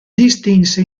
distinse